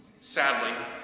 Sadly